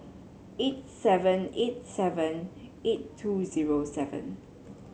eight seven eight seven eight two zero seven